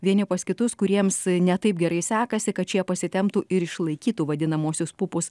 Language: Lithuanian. vieni pas kitus kuriems ne taip gerai sekasi kad šie pasitemptų ir išlaikytų vadinamuosius pupus